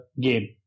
game